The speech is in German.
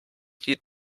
die